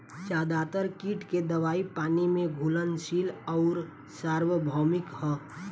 ज्यादातर कीट के दवाई पानी में घुलनशील आउर सार्वभौमिक ह?